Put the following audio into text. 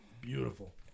beautiful